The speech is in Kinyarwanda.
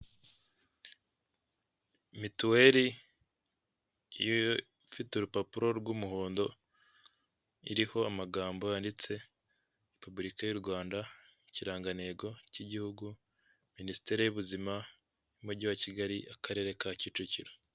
Mituweri, ifite urupapuro rw'umuhondo, iriho amagambo yanditse, repuburika y'u Rwanda ikirangantego cy'igihugu minisiteri y'ubuzima n'umujyi wa kigali, akarere ka Kicukiro.